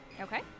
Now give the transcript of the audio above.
Okay